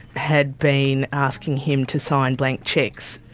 had been asking him to sign blank cheques,